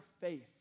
faith